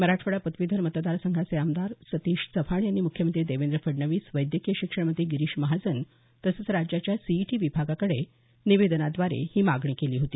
मराठवाडा पदवीधर मतदारसंघाचे आमदार सतीश चव्हाण यांनी मुख्यमंत्री देवेंद्र फडणवीस वैद्यकीय शिक्षण मंत्री गिरीश महाजन तसंच राज्याच्या सीईटी विभागाकडे निवेदनाद्वारे ही मागणी केली होती